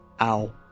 Ow